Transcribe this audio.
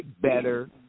better